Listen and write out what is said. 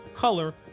color